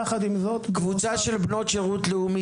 יחד עם זאת --- קבוצה של בנות שירות לאומי